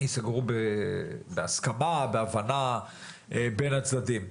ייסגרו בהסכמה, בהבנה בין הצדדים.